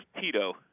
Tito